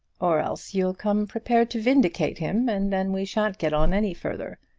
or else you'll come prepared to vindicate him, and then we shan't get on any further.